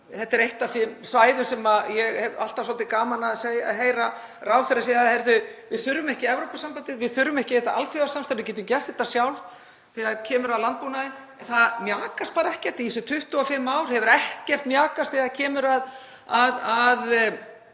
Þetta er eitt af þeim sviðum þar sem ég hef alltaf svolítið gaman af að heyra ráðherra segja: Við þurfum ekki Evrópusambandið, við þurfum ekki þetta alþjóðasamstarf, við getum gert þetta sjálf, þ.e. þegar kemur að landbúnaði. Þar mjakast ekkert. Í 25 ár hefur ekkert mjakast þegar kemur að